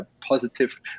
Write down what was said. positive